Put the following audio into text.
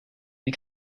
you